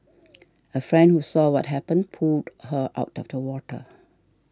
a friend who saw what happened pulled her out of the water